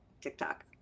TikTok